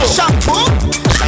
Shampoo